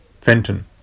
Fenton